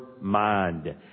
mind